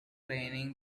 raining